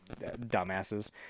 dumbasses